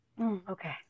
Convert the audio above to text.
Okay